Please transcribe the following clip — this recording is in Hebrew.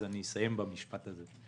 אני אסיים במשפט הזה.